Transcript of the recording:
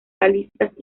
calizas